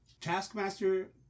Taskmaster